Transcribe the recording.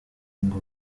ngo